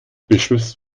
beschwipst